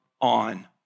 on